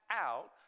out